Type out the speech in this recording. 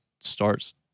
starts